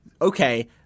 okay –